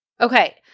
Okay